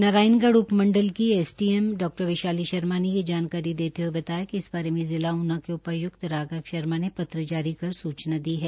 नारायणगढ़ उप मंडल की एस डी एम डॉ वैशाली शर्मा ने ये जानकारी देते हये बताया कि इस बारे में जिला ऊना के उपायुक्त राघव शर्मा ने पत्र जारी कर सुचना दी है